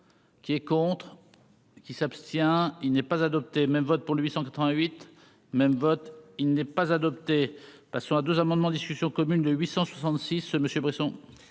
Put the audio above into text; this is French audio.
qui est contre. Qui s'abstient, il n'est pas adopté même vote pour 888 même vote il n'est pas adopté. Parce qu'on a 2 amendements discussion commune de 866 Monsieur Bresson.